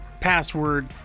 password